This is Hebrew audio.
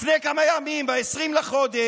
לפני כמה ימים, ב-20 בחודש,